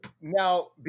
now